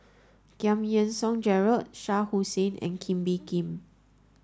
Giam Yean Song Gerald Shah Hussain and Kee Bee Khim